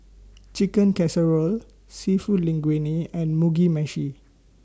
Chicken Casserole Seafood Linguine and Mugi Meshi